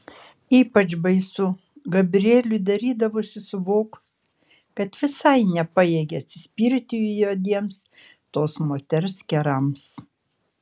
ypač baisu gabrieliui darydavosi suvokus kad visai nepajėgia atsispirti juodiems tos moters kerams